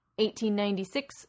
1896